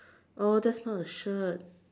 oh that's not a shirt